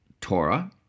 Torah